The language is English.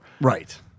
right